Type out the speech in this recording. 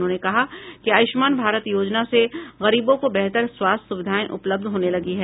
उन्होंने कहा कि आयुष्मान भारत योजना से गरीबों को बेहतर स्वास्थ्य सुविधाएं उपलब्ध होने लगी है